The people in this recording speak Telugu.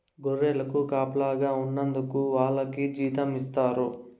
గొర్రెలకు కాపలాగా ఉన్నందుకు వాళ్లకి జీతం ఇస్తారు